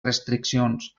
restriccions